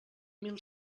mil